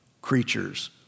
creatures